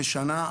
בשנה.